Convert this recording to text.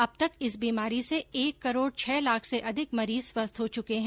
अब तक इस बीमारी से एक करोड छह लाख से अधिक मरीज स्वस्थ हो चुके हैं